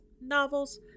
novels